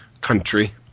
country